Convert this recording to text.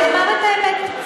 הוא אמר את האמת.